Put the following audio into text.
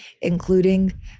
including